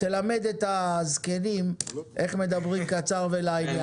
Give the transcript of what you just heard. תלמד את הזקנים איך מדברים קצר ולעניין.